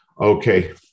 Okay